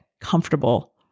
comfortable